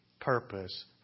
purpose